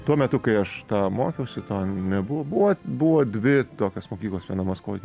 tuo metu kai aš tą mokiausi to nebuvo buvo buvo dvi tokios mokyklos viena maskvoj